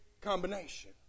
combination